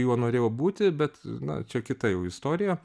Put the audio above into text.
juo norėjau būti bet na čia kita jau istorija